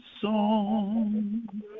song